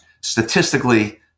Statistically